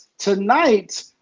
Tonight